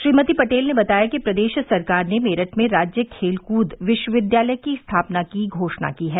श्रीमती पटेल ने बताया कि प्रदेश सरकार ने मेरठ में राज्य खेलकृद विश्वविद्यालय की स्थापना की घोषणा की है